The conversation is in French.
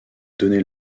donner